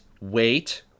wait